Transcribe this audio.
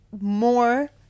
more